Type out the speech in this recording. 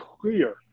clear